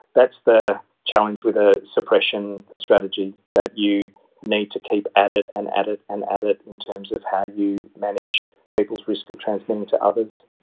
that's the challenge with a suppression strategy, that you need to keep at it and at it and at it in terms of how you manage people's risk of transmitting to others.